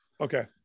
Okay